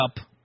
up